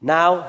Now